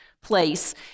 place